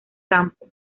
campo